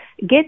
get